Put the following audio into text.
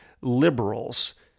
liberals